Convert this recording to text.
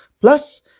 Plus